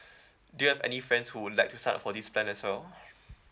do you have any friends who would like to sign up for this plan as well